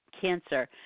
Cancer